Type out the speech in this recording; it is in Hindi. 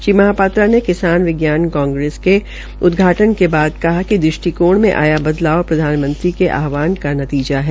श्रीमहापात्रा ने किसान विज्ञान कांग्रेस के उदघाटन के बाद कहा कि दृष्टिकोण मे आया बदलाव प्रधानमंत्री के आह्वान का परिणाम है